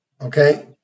okay